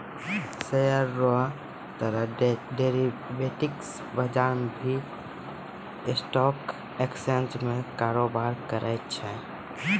share रो तरह derivatives बजार भी स्टॉक एक्सचेंज में कारोबार करै छै